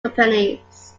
companies